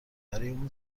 اون